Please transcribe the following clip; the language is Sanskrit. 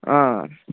आ